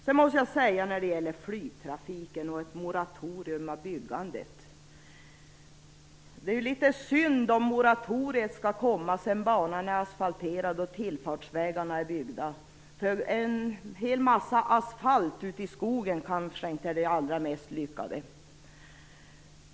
Beträffande flygtrafiken och ett moratorium av byggandet är det litet synd om moratoriet skall komma efter det att banan är asfalterad och tillfartsvägarna är byggda. En hel massa asfalt mitt ute i skogen är kanske inte så lyckat.